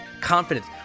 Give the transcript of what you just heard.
confidence